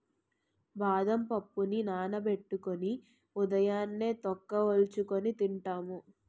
బాదం పప్పుని నానబెట్టుకొని ఉదయాన్నే తొక్క వలుచుకొని తింటాము